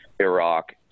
Iraq